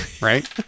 Right